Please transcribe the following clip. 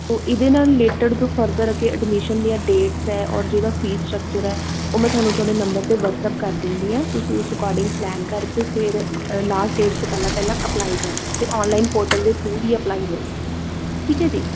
ਤੋ ਇਹਦੇ ਨਾਲ ਰਿਲੇਟਡ ਤੋ ਫਰਦਰ ਅੱਗੇ ਐਡਮਿਸ਼ਨ ਦੀਆਂ ਡੇਟਸ ਹੈ ਔਰ ਜਿਹੜਾ ਫੀ ਸਟਕਚਰ ਹੈ ਉਹ ਮੈਂ ਤੁਹਾਨੂੰ ਤੁਹਾਡੇ ਨੰਬਰ 'ਤੇ ਵਟਸਐਪ ਕਰ ਦਿੰਦੀ ਹਾਂ ਤੁਸੀਂ ਉਸ ਅਕੋਡਿੰਗ ਪਲੈਨ ਕਰਕੇ ਫਿਰ ਲਾਸਟ ਡੇਟ ਤੋਂ ਪਹਿਲਾਂ ਪਹਿਲਾਂ ਅਪਲਾਈ ਕਰ ਦਿਓ ਅਤੇ ਔਨਲਾਈਨ ਪੋਰਟਲ ਦੇ ਥਰੂ ਹੀ ਅਪਲਾਈ ਹੋਏਗਾ ਠੀਕ ਹੈ ਜੀ